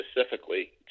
specifically